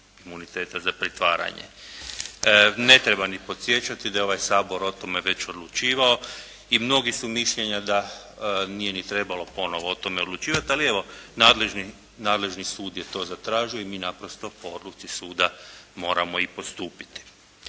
imuniteta za pritvaranje. Ne treba ni podsjećati da je ovaj Sabor o tome već odlučivao i mnogi su mišljenja da nije ni trebalo ponovo o tome odlučivati, ali evo nadležni sud je to zatražio i mi naprosto po odluci suda moramo i postupiti.